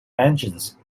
engines